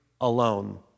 alone